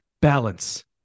balance